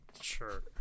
Sure